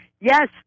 Yes